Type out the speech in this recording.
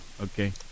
okay